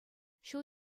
ҫул